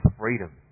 freedom